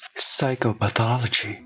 psychopathology